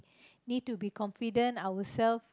need to be confident ourself